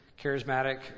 charismatic